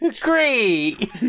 great